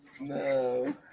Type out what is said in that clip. No